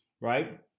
right